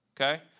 Okay